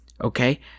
Okay